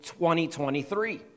2023